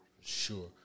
Sure